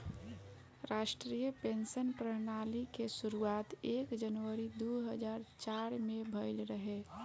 राष्ट्रीय पेंशन प्रणाली के शुरुआत एक जनवरी दू हज़ार चार में भईल रहे